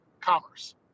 commerce